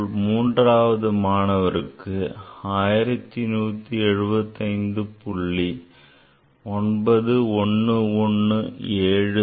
மூன்றாவது மாணவருக்கு அளித்த விடை 1175